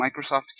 Microsoft